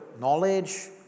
knowledge